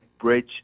bridge